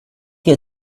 you